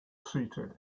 seating